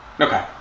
Okay